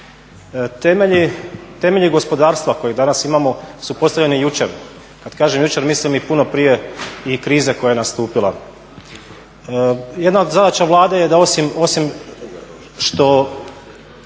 Temelji gospodarstva kojeg danas imamo su postavljeni jučer. Kad kažem jučer mislim i puno prije i krize koja je nastupila. Jedna od zadaća Vlade je da osim što